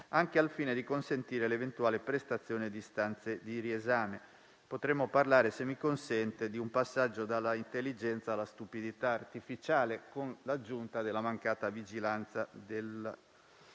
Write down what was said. anche al fine di consentire l'eventuale presentazione di istanza di riesame. Potremmo parlare - se mi consente - di un passaggio dall'intelligenza alla stupidità artificiale, con l'aggiunta della mancata vigilanza di